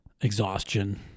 Exhaustion